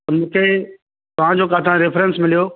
त मूंखे तव्हांजो किथां रैफरेंस मिलियो